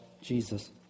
Jesus